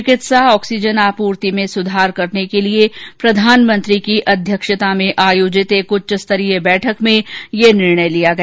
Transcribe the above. चिकित्सा ऑक्सीजन आपूर्ति में सुधार करने के लिए प्रधानमंत्री की अध्यक्षता में आयोजित एक उच्च स्तरीय बैठक में यह निर्णय लिया गया